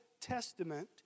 Testament